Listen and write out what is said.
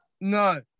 No